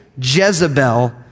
Jezebel